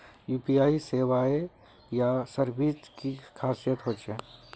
UPI सेवाएँ या services की खासियत की होचे?